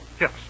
Yes